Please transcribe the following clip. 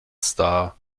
star